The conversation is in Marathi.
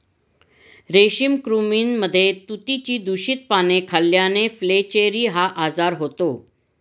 रेशमी कृमींमध्ये तुतीची दूषित पाने खाल्ल्याने फ्लेचेरी हा आजार होतो